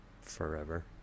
Forever